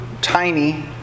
tiny